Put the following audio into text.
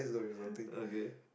okay